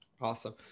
Awesome